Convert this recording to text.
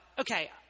okay